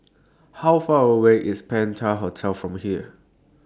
How Far away IS Penta Hotel from here